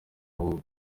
ahubwo